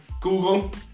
Google